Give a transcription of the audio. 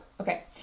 okay